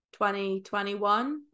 2021